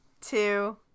two